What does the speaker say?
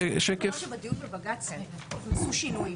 שקף) בדיון בבג"ץ הוכנסו שינויים.